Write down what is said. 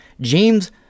James